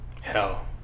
Hell